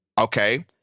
Okay